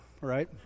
right